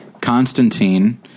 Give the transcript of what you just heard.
Constantine